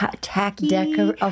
tacky